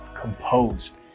composed